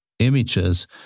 Images